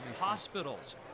hospitals